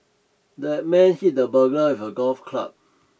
the man hit the burglar with a golf club